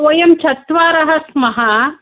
वयं चत्वारः स्मः